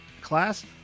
class